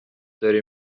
داره